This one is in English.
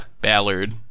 ballard